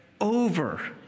over